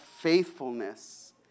faithfulness